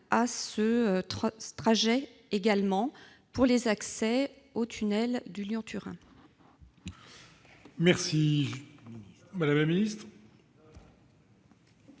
à ce trajet également pour les accès au tunnel du Lyon-Turin.